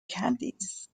candies